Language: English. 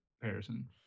Comparison